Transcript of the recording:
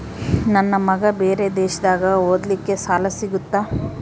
ನನ್ನ ಮಗ ಬೇರೆ ದೇಶದಾಗ ಓದಲಿಕ್ಕೆ ಸಾಲ ಸಿಗುತ್ತಾ?